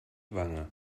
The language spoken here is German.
wange